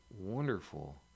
wonderful